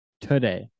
Today